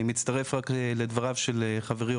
אני מצטרף לדברים של חברי,